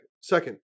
Second